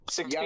Six